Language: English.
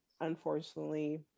unfortunately